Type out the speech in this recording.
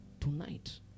Tonight